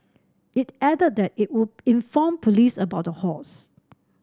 it added that it would inform police about the hoax